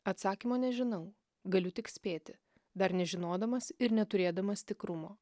atsakymo nežinau galiu tik spėti dar nežinodamas ir neturėdamas tikrumo